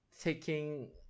taking